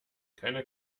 keiner